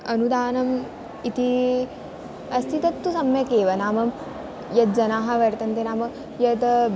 अनुदानम् इति अस्ति तत्तु सम्यक् एव नाम यज्जनाः वर्तन्ते नाम यद्